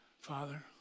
father